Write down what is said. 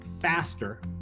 faster